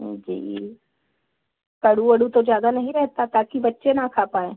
जी कड़ू वड़ू तो ज़्यादा नहीं रहता ताकि बच्चे ना खा पाएं